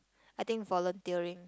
I think volunteering